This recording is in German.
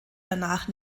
danach